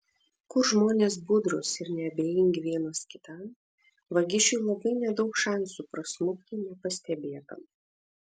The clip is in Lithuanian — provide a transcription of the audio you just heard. kur žmonės budrūs ir neabejingi vienas kitam vagišiui labai nedaug šansų prasmukti nepastebėtam